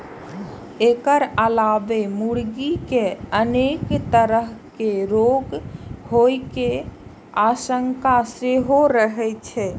एकर अलावे मुर्गी कें अनेक तरहक रोग होइ के आशंका सेहो रहै छै